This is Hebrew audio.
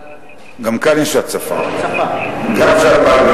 גם בבקעה יש הצפה וגם פה,